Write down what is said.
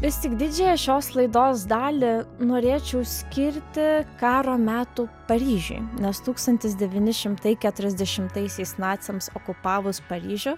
vis tik didžiąją šios laidos dalį norėčiau skirti karo metų paryžiui nes tūkstantis devyni šimtai keturiasdešimtaisiais naciams okupavus paryžių